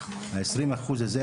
20% האלה,